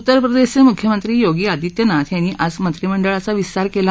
उत्तर प्रदेशचे मुख्यमंत्री योगी आदित्यनाथ यांनी आज मंत्रिमंडळाचा विस्तार केला